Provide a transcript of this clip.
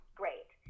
great